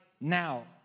now